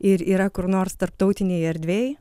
ir yra kur nors tarptautinėje erdvėje